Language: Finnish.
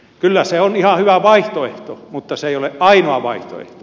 kyllä se on ihan hyvä vaihtoehto mutta se ei ole ainoa vaihtoehto